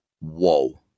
Whoa